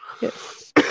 Yes